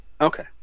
okay